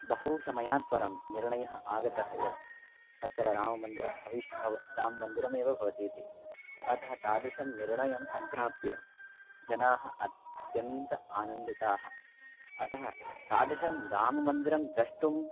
बहुसमयात् परं निर्णयः आगतः यत् अत्र राममन्दिरं भविष्यति भवति राममन्दिरमेव भवति इति अतः तादृशं निर्णयं सम्प्राप्य जनाः अत्यन्तम् आनन्दिताः अतः तादृशं राममन्दिरं द्रष्टुम्